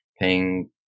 paying